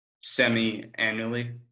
semi-annually